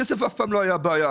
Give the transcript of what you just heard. הכסף אף פעם לא היה בעיה.